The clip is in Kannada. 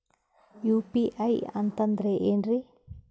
ಯು.ಪಿ.ಐ ಅಂತಂದ್ರೆ ಏನ್ರೀ?